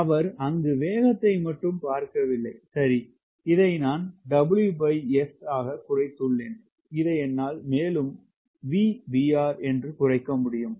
அவர் அங்கு வேகத்தை மட்டும் பார்க்கவில்லை சரி இதை நான் WS ஆக குறைத்துள்ளேன் இதை என்னால் மேலும் VBR என்று குறைக்கமுடியும்